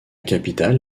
capitale